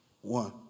one